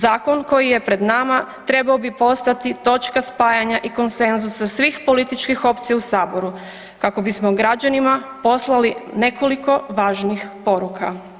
Zakon koji je pred nama trebao bi postati točka spajanja i konsenzusa svih političkih opcija u Saboru, kako bismo građanima poslali nekoliko važnih poruka.